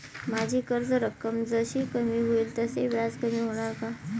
माझी कर्ज रक्कम जशी कमी होईल तसे व्याज कमी होणार का?